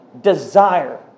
desire